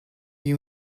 you